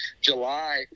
July